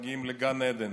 מגיעים לגן עדן.